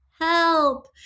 Help